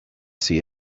see